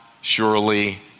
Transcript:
surely